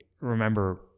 remember